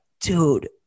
dude